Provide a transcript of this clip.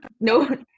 no